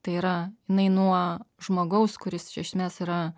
tai yra jinai nuo žmogaus kuris čia iš esmės yra